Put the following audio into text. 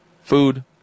food